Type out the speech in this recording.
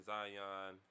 Zion